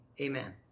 Amen